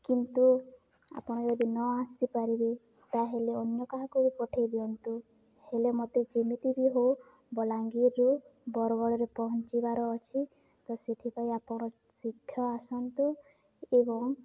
କିନ୍ତୁ ଆପଣ ଯଦି ନ ଆସିପାରିବେ ତାହେଲେ ଅନ୍ୟ କାହାକୁ ବି ପଠେଇ ଦିଅନ୍ତୁ ହେଲେ ମୋତେ ଯେମିତି ବି ହେଉ ବଲାଙ୍ଗୀର୍ରୁ ବର୍ଗଡ଼ରେ ପହଁଞ୍ଚିବାର ଅଛି ତ ସେଥିପାଇଁ ଆପଣ ଶୀଘ୍ର ଆସନ୍ତୁ ଏବଂ